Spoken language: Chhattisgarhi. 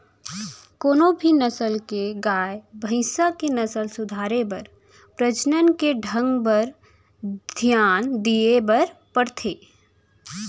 कोनों भी नसल के गाय, भईंस के नसल सुधारे बर प्रजनन के ढंग बर धियान दिये बर परथे